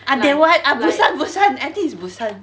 ah they were at ah busan busan I think it's busan